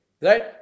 right